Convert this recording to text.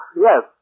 Yes